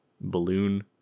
balloon